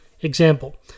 Example